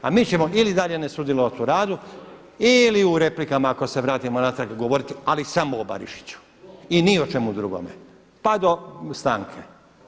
A mi ćemo ili dalje ne sudjelovati u radu ili u replikama ako se vratimo natrag, ali samo o Barišiću i ni o čemu drugome, pa do stanke.